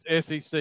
SEC